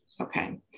Okay